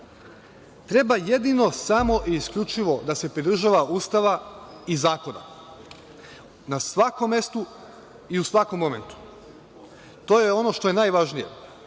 Treba jedino, samo i isključivo da se pridržava Ustava i zakona, na svakom mestu i u svakom momentu. To je ono što je najvažnije.